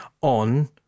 on